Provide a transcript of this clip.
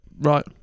Right